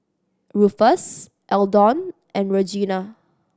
Rufus Eldon and Regina